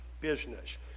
business